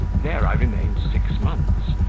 there i remained six months,